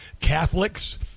Catholics